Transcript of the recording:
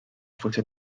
fuese